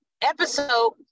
episode